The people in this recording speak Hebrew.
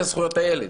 אז זה זכויות הילד.